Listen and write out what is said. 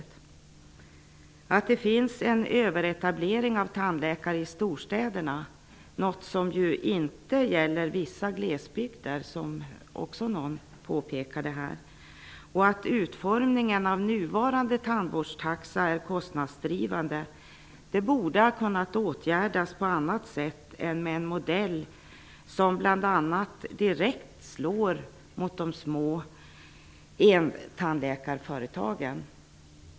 Det faktum att det finns en överetablering i storstäderna -- något som inte gäller vissa glesbygder -- och att utformningen av nuvarande tandvårdstaxa är kostnadsdrivande borde ha kunnat åtgärdas på annat sätt än med en modell som direkt slår mot de små en-tandläkar-företagen.